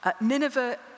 Nineveh